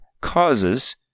causes